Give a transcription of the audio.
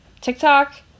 TikTok